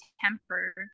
temper